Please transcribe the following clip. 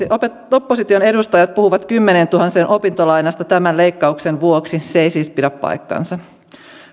opposition edustajat puhuvat kymmenientuhansien opintolainasta tämän leikkauksen vuoksi niin se ei siis pidä paikkaansa